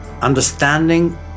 Understanding